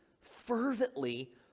fervently